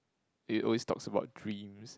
it always talks about dreams